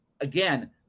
again